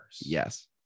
Yes